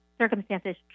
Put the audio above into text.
circumstances